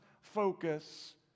focus